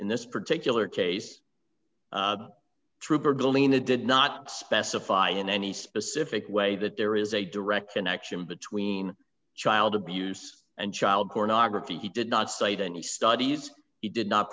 in this particular case trooper building a did not specify in any specific way that there is a direct connection between child abuse and child pornography he did not cite any studies he did not